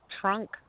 trunk